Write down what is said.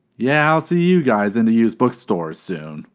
yeah i'll see you guys in the used book stores soon.